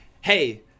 hey